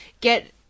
get